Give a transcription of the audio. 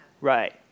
Right